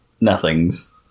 nothings